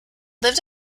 lived